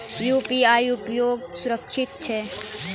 UPI उपयोग सुरक्षित छै?